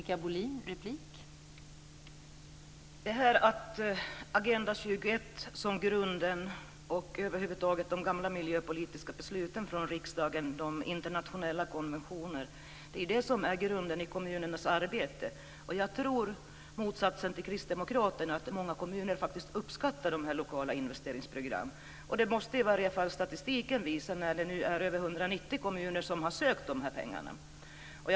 Fru talman! Agenda 21, de tidigare besluten i riksdagen och internationella konventioner utgör ju grunden för kommunernas arbete. I motsats till kristdemokraterna tror jag att många kommuner uppskattar lokala investeringsprogram. Statistiken visar också att det är över 190 kommuner som har sökt pengar från detta program.